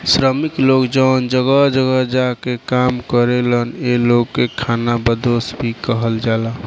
श्रमिक लोग जवन जगह जगह जा के काम करेलन ए लोग के खानाबदोस भी कहल जाला